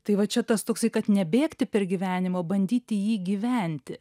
tai va čia tas toksai kad nebėgti per gyvenimą o bandyti jį gyventi